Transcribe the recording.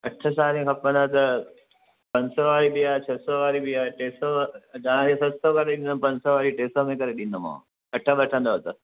अठ साड़ियूं खपनिव त पंज सौ वारी बि आहे छह सौ वारी बि आहे टे सौ तव्हांखे सस्तो करे ॾींदुमि पंज सौ वारी टे सौ में करे ॾींदोमांव अठ वठंदव त